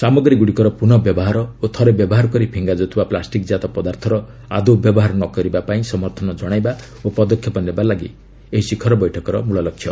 ସାମଗ୍ରୀଗୁଡିକର ପୁନଃ ବ୍ୟବହାର ଓ ଥରେ ବ୍ୟବହାର କରି ଫିଙ୍ଗାଯାଉଥିବା ପ୍ଲାଷ୍ଟିକ୍କାତ ପଦାର୍ଥର ଆଦୌ ବ୍ୟବହାର ନ କରିବା ପାଇଁ ସମର୍ଥନ ଜଣାଇବା ଓ ପଦକ୍ଷେପ ନେବା ଏହି ଶିଖର ବୈଠକର ମୂଳ ଲକ୍ଷ୍ୟ